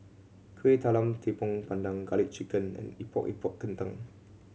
Kueh Talam Tepong Pandan Garlic Chicken and Epok Epok Kentang